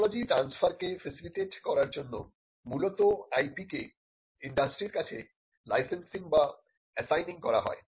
technology ট্রানস্ফারকে facilitate করার জন্য মূলত IP কে ইন্ডাস্ট্রির কাছে লাইসেন্সিং বা অ্যাসাইনিং করা হয়